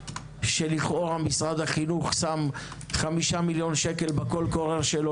שלכאורה משרד החינוך שם 5 מיליון שקל בקול קורא שלו